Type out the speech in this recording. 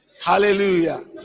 Hallelujah